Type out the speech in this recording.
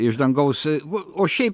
iš dangaus o šiaip